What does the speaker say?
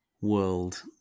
world